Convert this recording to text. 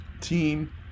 team